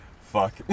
Fuck